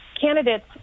candidates